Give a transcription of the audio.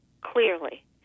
clearly